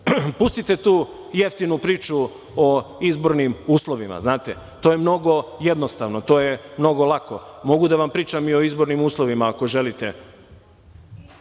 izbore? Pustite tu jeftinu priču o izbornim uslovima. Znate, to je mnogo jednostavno, to je mnogo lako. Mogu da vam pričam i o izbornim uslovima ako